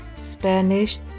Spanish